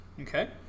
Okay